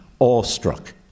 awestruck